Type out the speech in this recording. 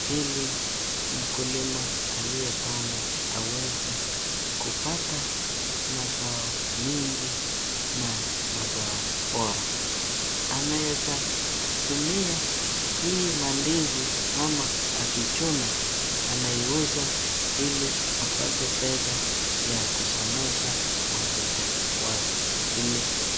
hili mkulima aliyepanda aweze kupata mazao mingi na mazao bora. Anaeza tumia hii mandizi ama akijuna anauza hili apate pesa wa kusomesha watoto wake hili.